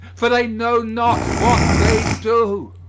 for they know not what they do!